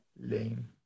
Lame